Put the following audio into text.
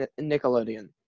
Nickelodeon